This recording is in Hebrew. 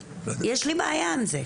יש לי בעיה עם זה.